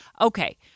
okay